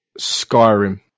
Skyrim